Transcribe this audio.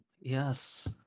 yes